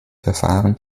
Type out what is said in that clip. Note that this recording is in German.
verfahren